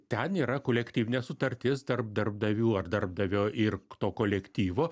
ten yra kolektyvinė sutartis tarp darbdavių ar darbdavio ir to kolektyvo